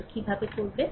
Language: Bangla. তো কীভাবে করবে